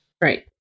Right